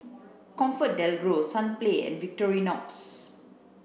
ComfortDelGro Sunplay and Victorinox